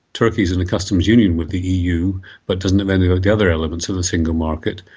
turkey is in a customs union with the eu but doesn't have any of the other elements of a single market.